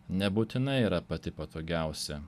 nebūtinai yra pati patogiausia